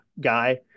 guy